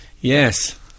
Yes